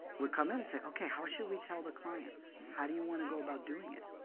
would come in and say, ok, how should we tell the clients? how do you want to go about doing it?